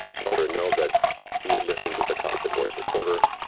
told her no, that he had listened to the cockpit voice recorder,